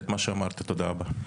מה שאמרת, תודה רבה.